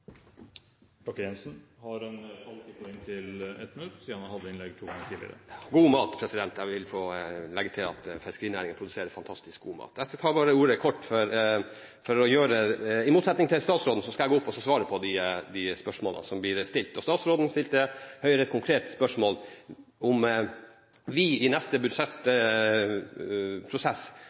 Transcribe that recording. har derfor en taletid på ett minutt. Jeg vil få legge til at fiskerinæringen produserer fantastisk god mat. I motsetningen til statsråden skal jeg svare på de spørsmålene som blir stilt. Statsråden stilte Høyre et konkret spørsmål om vi i neste